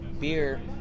beer